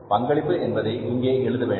பங்களிப்பு என்பதை இங்கே எழுத வேண்டும்